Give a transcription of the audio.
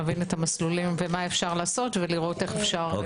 נבין את המסלולים ומה אפשר לעשות ולראות איך אפשר.